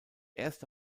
erste